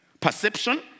perception